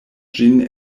ĝin